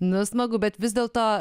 na smagu bet vis dėlto